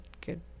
good